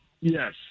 Yes